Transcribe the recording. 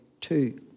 two